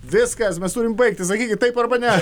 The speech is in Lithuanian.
viskas mes turim baigti sakykit taip arba ne